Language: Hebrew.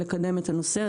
לקדם את הנושא.